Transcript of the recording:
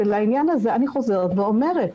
לעניין הזה, אני חוזרת ואומרת,